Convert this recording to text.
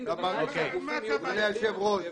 --- שהגופים --- אדוני היושב ראש,